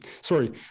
sorry